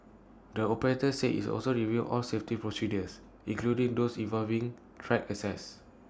the operator said it's also review all safety procedures including those involving track access